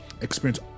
experience